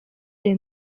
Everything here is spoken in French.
les